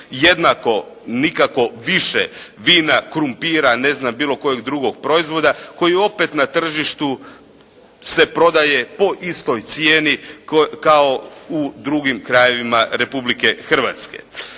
jednako, nikako više vina, krumpira, bilo kojeg drugog proizvoda koji opet na tržištu se prodaje po istoj cijenu kao u drugim krajevima Republike Hrvatske.